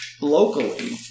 locally